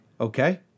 Okay